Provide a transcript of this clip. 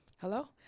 Hello